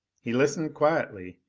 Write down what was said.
he listened quietly.